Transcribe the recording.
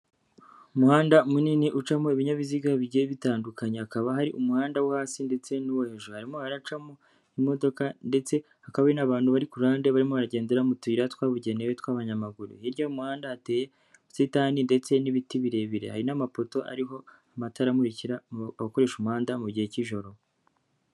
Umuhanda munini ucamo ibinyabiziga bigiye bitandukanye. Hakaba hari umuhanda wo hasi ndetse n'uwo hejuru. Harimo haracamo imodoka ndetse hakaba hari n'abantu bari ku ruhande barimo baragendera mu tuyira twabugenewe tw'abanyamaguru. Hirya y'umuhanda hateye ubusitani ndetse n'ibiti birebire. Hari n'amapoto ariho amatara amukira abakoresha umuhanda mu gihe cy'ijoro.